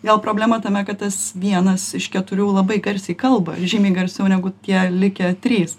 gal problema tame kad tas vienas iš keturių labai garsiai kalba žymiai garsiau negu tie likę trys